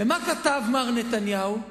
ומה כתב מר נתניהו?